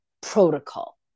protocol